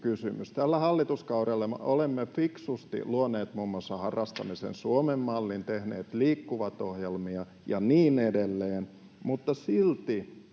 Tällä hallituskaudella me olemme fiksusti luoneet muun muassa harrastamisen Suomen mallin, tehneet Liikkuva-ohjelmia ja niin edelleen, mutta silti